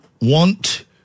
want